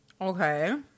Okay